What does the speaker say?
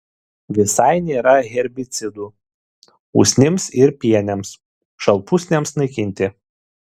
visai nėra herbicidų usnims ir pienėms šalpusniams naikinti